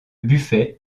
buffet